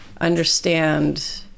understand